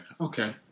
Okay